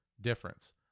difference